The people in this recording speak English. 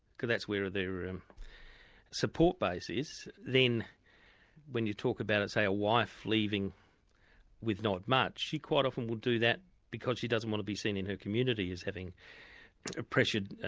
because that's where their support base is. then when you talk about say a wife leaving with not much, she quite often will do that because she doesn't want to be seen in her community as having ah pressured,